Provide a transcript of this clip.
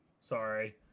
Sorry